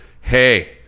hey